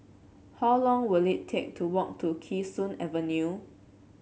how long will it take to walk to Kee Sun Avenue